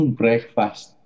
breakfast